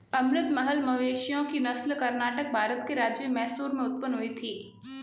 अमृत महल मवेशियों की नस्ल कर्नाटक, भारत के राज्य मैसूर से उत्पन्न हुई थी